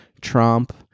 Trump